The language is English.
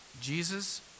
Jesus